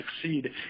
succeed